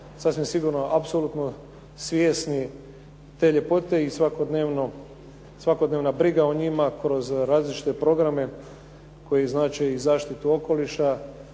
sasvim sigurno apsolutno svjesni te ljepote i svakodnevna briga o njima kroz različite programe koji znače i zaštitu okoliša